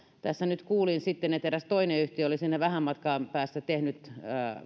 tässä nyt kuulin sitten että eräs toinen yhtiö oli sinne vähän matkan päähän tehnyt